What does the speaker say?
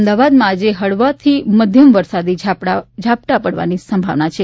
અમદાવાદમાં આજે હળવાથી મધ્યમ વરસાદી ઝાપટાં પડવાની સંભાવના છે